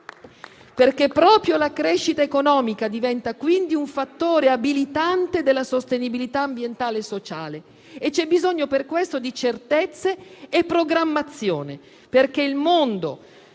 Proprio la crescita economica diventa, quindi, un fattore abilitante della sostenibilità ambientale e sociale. C'è bisogno per questo di certezze e programmazione, perché il mondo